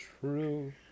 True